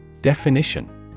Definition